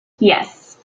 yes